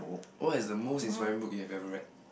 what is the most inspiring book you've ever read